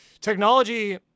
technology